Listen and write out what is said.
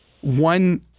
one